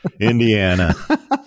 indiana